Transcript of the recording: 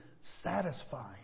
satisfying